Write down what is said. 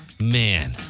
Man